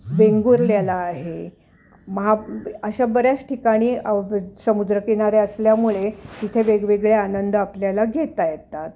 वेंगुर्ल्याला आहे महा अशा बऱ्याच ठिकाणी समुद्रकिनारे असल्यामुळे तिथे वेगवेगळे आनंद आपल्याला घेता येतात